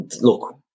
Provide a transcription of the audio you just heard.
Look